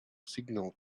signal